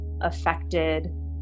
affected